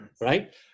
right